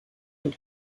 und